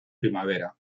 primavera